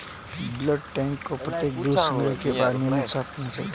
bulk tank को प्रत्येक दूध संग्रह के बाद नियमित साफ करना चाहिए